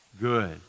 good